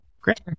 great